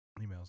emails